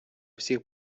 всіх